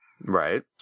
Right